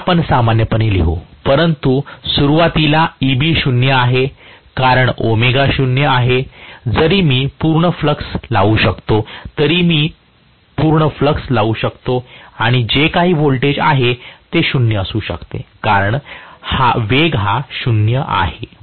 हे आपण सामान्यपणे लिहू परंतु सुरुवातीला Eb 0 आहे कारण ω 0 आहे जरी मी पूर्ण फ्लक्स लावू शकतो तरीही मी पूर्ण फ्लक्स लावू शकतो आणि जे काही व्होल्टेज आहे ते 0 असू शकते कारण वेग हा 0 आहे